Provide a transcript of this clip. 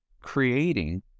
creating